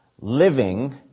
living